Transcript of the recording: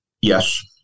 Yes